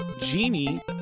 GENIE